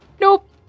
Nope